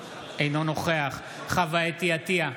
אינו נוכח חוה אתי עטייה,